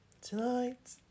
tonight